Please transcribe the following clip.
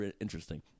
interesting